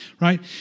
right